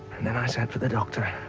and then i sent for the doctor